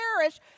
perish